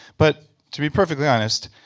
but to be perfectly honest,